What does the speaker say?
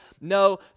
no